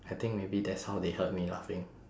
I think maybe that's how they heard me laughing